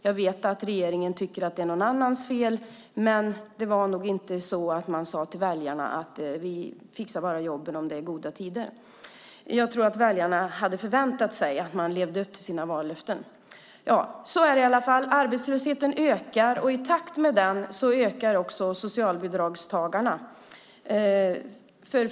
Jag vet att regeringen tycker att det är någon annans fel, men det var nog inte så att man sade till väljarna: Vi fixar bara jobben om det är goda tider. Jag tror att väljarna hade förväntat sig att man skulle leva upp till sina vallöften. Ja, så är det i alla fall. Arbetslösheten ökar, och i takt med den ökar också antalet socialbidragstagare.